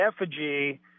effigy